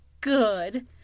Good